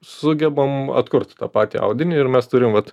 sugebam atkurt tą patį audinį ir mes turim vat